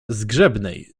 zgrzebnej